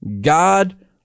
God